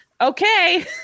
okay